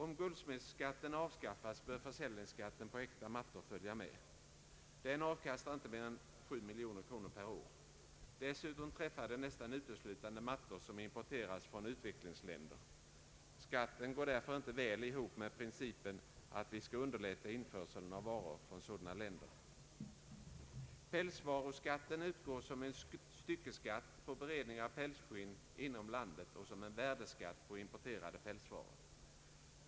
Om guldsmedsskatten avskaffas, bör försäljningsskatten på äkta mattor följa med. Den avkastar inte mer än 7 miljoner kronor per år. Dessutom träffar den nästan uteslutande mattor som importeras från utvecklingsländer. Skatten går därför inte väl ihop med principen att vi skall underlätta införseln av varor från sådana länder. Pälsvaruskatten utgår som en styckeskatt på beredning av pälsskinn inom landet och som en värdeskatt på importerade pälsvaror.